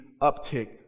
uptick